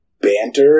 banter